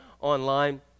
online